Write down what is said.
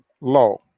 low